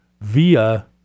via